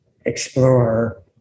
explore